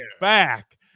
back